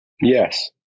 Yes